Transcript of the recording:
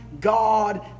God